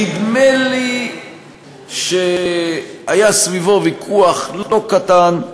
שנדמה לי שהיה סביבו ויכוח לא קטן,